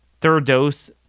third-dose